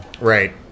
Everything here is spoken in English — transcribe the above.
Right